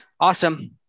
Awesome